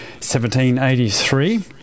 1783